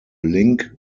link